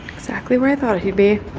exactly where i thought he'd be